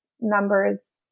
numbers